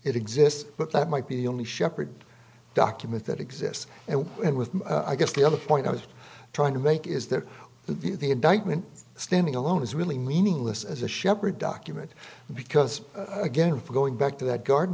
it exists but that might be the only shepherd document that exists and end with i guess the other point i was trying to make is that the indictment standing alone is really meaningless as a shepherd document because again for going back to that gard